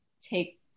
take